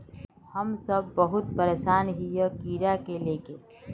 हम सब बहुत परेशान हिये कीड़ा के ले के?